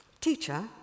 Teacher